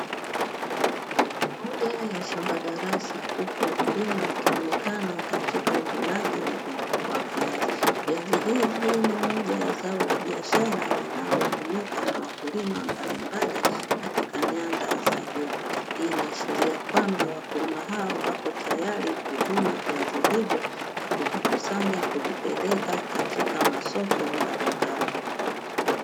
Moja ya shamba darasa huku wakulima wakionekana katika uvunaji wa viazi. Viazi hivi ni moja ya zawe la biashara linalotumika na wakulima mbalimbali katika nyanda za juu. Hii inashiria kwamba wakulima hawa wako tayari kuvuna viazi hivyo na kuvikusanya kuvipeleka katika masoko mbalimbali.